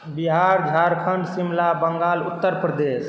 Bihar Jharkhand Shimla Bengal Uttar Pradesh